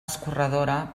escorredora